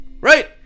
Right